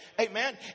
Amen